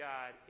God